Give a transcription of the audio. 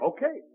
Okay